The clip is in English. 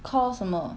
call 什么